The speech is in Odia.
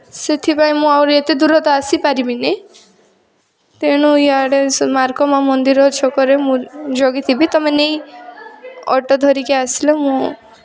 ସେଥିପାଇଁ ମୁଁ ଆହୁରି ଏତେ ଦୂର ତ ଆସି ପାରିବିନି ତେଣୁ ଇଆଡ଼େ ସେ ମାର୍କମା ମନ୍ଦିର ଛକରେ ମୁଁ ଜଗିଥିବି ତୁମେ ନେଇ ଅଟୋ ଧରିକି ଆସିଲେ ମୁଁ